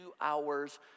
hours